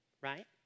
right